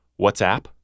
WhatsApp